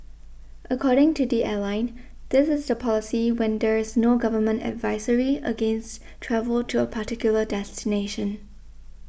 according to the airline this is the policy when there is no government advisory against travel to a particular destination